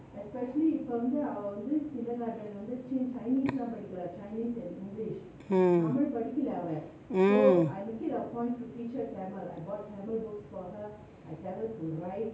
mm mm